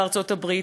בארצות-הברית.